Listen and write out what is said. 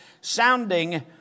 sounding